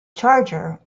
charger